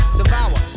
devour